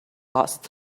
last